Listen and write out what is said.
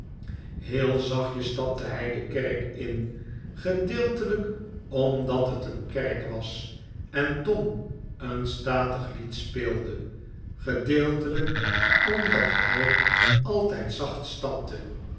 heel zachtjes staple hij de kerk in gedeeltelijk omdat het een kerk was en tom een statig lied speelde gedeeltelijk omdat hij altijd zacht stapte